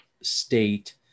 state